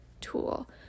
tool